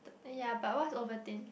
ya but what's Ovaltine